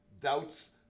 doubts